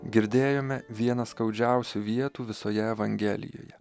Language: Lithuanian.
girdėjome vieną skaudžiausių vietų visoje evangelijoje